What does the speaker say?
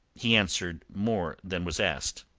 he answered more than was asked.